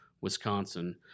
Wisconsin